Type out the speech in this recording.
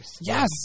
Yes